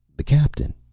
the captain,